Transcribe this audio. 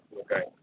okay